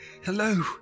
Hello